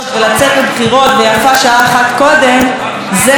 זה חוק הקולנוע וחוק הנאמנות בתרבות.